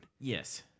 Yes